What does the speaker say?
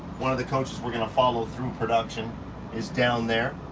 one of the coaches we're gonna follow through production is down there.